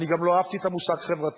אני גם לא אהבתי את המושג "חברתי".